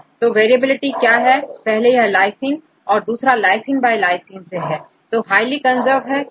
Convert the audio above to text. तो variability क्या है पहले यहlysine और दूसराlysine by lysine से है